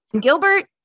Gilbert